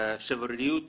השבריריות